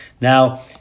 Now